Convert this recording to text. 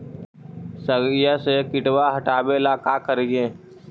सगिया से किटवा हाटाबेला का कारिये?